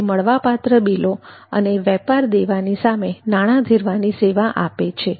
તે મળવાપાત્ર બિલો અને વેપાર દેવાની સામે નાણાં ધીરવાની સેવા આપે છે